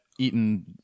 eaten